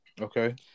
Okay